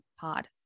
pod